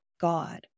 God